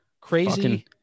Crazy